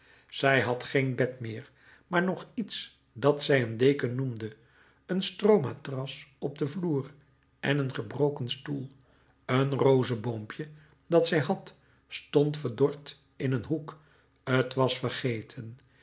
zij had geen bed meer maar nog iets dat zij een deken noemde een stroomatras op den vloer en een gebroken stoel een rozeboompje dat zij had stond verdord in een hoek t was vergeten